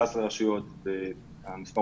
פניות מראשי רשויות שרוצים להוציא אזרחים